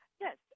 Yes